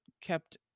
kept